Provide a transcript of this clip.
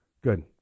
good